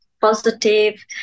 positive